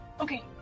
Okay